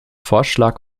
vorschlag